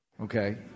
Okay